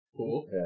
Okay